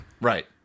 Right